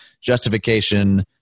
justification